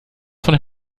von